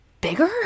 bigger